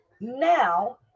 now